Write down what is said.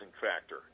factor